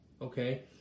okay